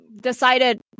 decided